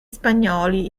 spagnoli